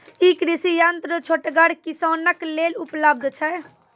ई कृषि यंत्र छोटगर किसानक लेल उपलव्ध छै?